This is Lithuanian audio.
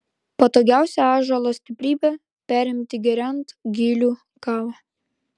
patogiausia ąžuolo stiprybę perimti geriant gilių kavą